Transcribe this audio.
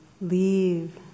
leave